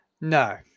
No